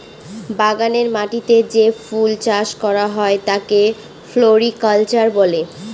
বাগানের মাটিতে যে ফুল চাষ করা হয় তাকে ফ্লোরিকালচার বলে